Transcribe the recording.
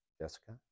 Jessica